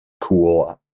cool